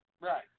right